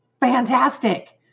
fantastic